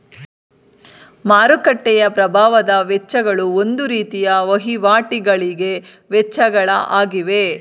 ಮಾರುಕಟ್ಟೆಯ ಪ್ರಭಾವದ ವೆಚ್ಚಗಳು ಒಂದು ರೀತಿಯ ವಹಿವಾಟಿಗಳಿಗೆ ವೆಚ್ಚಗಳ ಆಗಿವೆ